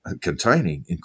containing